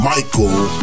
Michael